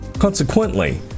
Consequently